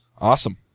Awesome